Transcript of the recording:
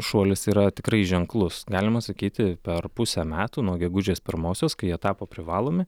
šuolis yra tikrai ženklus galima sakyti per pusę metų nuo gegužės pirmosios kai jie tapo privalomi